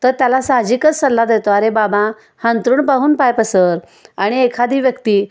तर त्याला साहजिकच सल्ला देतो अरे बाबा अंथरूण पाहून पाय पसर आणि एखादी व्यक्ती